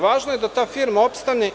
Važno je da ta firma opstane.